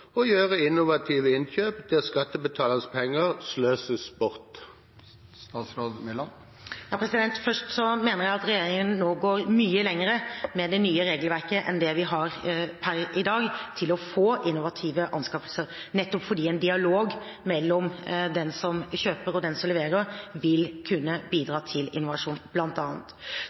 og gjøre innovative innkjøp der skattebetalernes penger sløses bort? Først: Jeg mener at regjeringen nå går mye lenger med det nye regelverket enn det vi har per i dag, i å få innovative anskaffelser, nettopp fordi en dialog mellom den som kjøper, og den som leverer, vil kunne bidra til innovasjon,